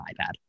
ipad